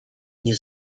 nie